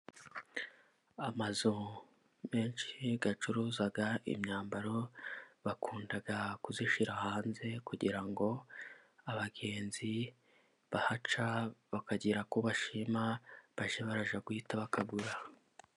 Amazu menshi acuruza imyambaro bakunda kuyishyira hanze kugira ngo abagenzi bahaca bakagira uwo bashima bajye bahita bawugura.